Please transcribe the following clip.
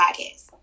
podcast